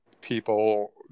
people